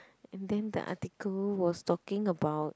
and then the article was talking about